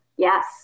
Yes